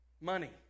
money